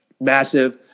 massive